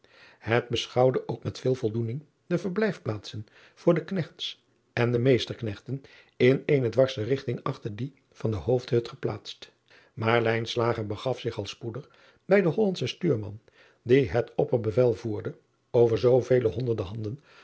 et beschouwde ook met veel voldoening de verblijfplaatsen voor driaan oosjes zn et leven van aurits ijnslager de knechts en meesterknechten in eene dwarsche rigting achter die van de oofdhut geplaatst aar begaf zich al spoedig bij den ollandschen stuurman die het opperbevel voerde over zoovele honderde